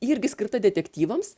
ji irgi skirta detektyvams